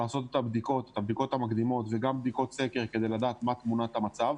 לעשות את הבדיקות המקדימות ובדיקות סקר כדי לדעת את תמונת המצב.